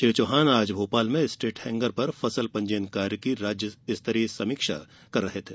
श्री चौहान आज भोपाल में state hangar पर फसल पंजीयन कार्य की राज्य स्तरीय समीक्षा कर रहे थे